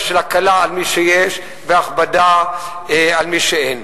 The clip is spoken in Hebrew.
של הקלה על מי שיש והכבדה על מי שאין.